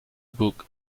book